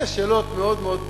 יש שאלות מאוד מאוד מרכזיות.